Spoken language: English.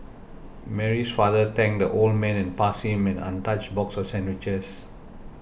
Mary's father thanked the old man and passed him an untouched box of sandwiches